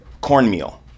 cornmeal